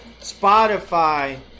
Spotify